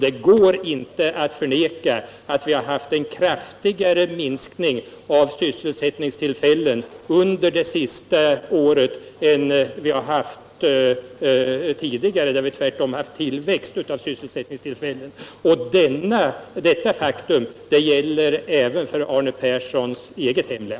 Det går inte att förneka att vi har haft en kraftigare minskning av sysselsättningstillfällena under det senaste året än tidigare, då vi tvärtom har haft 157 en tillväxt av sysselsättningstillfällen. Detta faktum gäller även Arne Perssons eget hemlän.